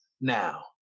now